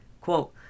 Quote